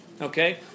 okay